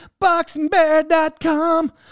BoxingBear.com